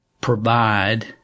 provide